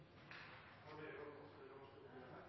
har Stortinget vedtatt